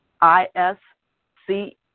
I-S-C